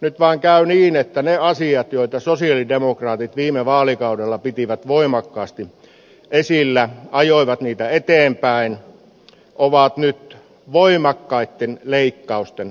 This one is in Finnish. nyt vaan käy niin että ne asiat joita sosiaalidemokraatit viime vaalikaudella pitivät voimakkaasti esillä ajoivat niitä eteenpäin ovat nyt voimakkaitten leikkausten kohteena